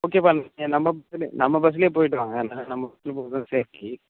ஓகேப்பா நீங்கள் நம்ம பஸ்ஸுலேயே நம்ம பஸ்ஸுலேயே போய்ட்டு வாங்க ஏன்னா நம்ம பஸ்ஸில் போகிறதுதான் சேஃப்ட்டி